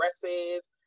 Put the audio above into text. dresses